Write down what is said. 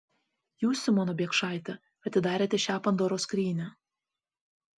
jūs simona biekšaite atidarėte šią pandoros skrynią